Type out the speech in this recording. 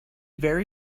very